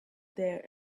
there